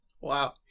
wow